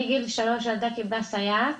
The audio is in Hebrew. מגיל שלוש הילדה קיבלה סייעת,